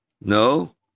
No